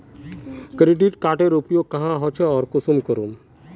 Credit कार्डेर उपयोग क्याँ होचे आर कुंसम करे?